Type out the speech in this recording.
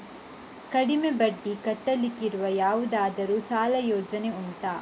ಕಡಿಮೆ ಬಡ್ಡಿ ಕಟ್ಟಲಿಕ್ಕಿರುವ ಯಾವುದಾದರೂ ಸಾಲ ಯೋಜನೆ ಉಂಟಾ